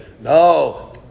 No